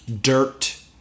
dirt